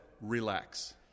Relax